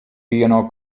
byinoar